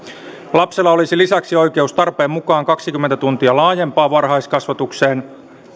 lapsella olisi lisäksi oikeus tarpeen mukaan kaksikymmentä tuntia laajempaan varhaiskasvatukseen